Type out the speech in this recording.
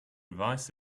revised